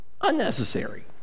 Unnecessary